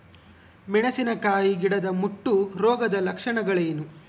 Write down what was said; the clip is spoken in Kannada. ಮೆಣಸಿನಕಾಯಿ ಗಿಡದ ಮುಟ್ಟು ರೋಗದ ಲಕ್ಷಣಗಳೇನು?